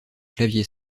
clavier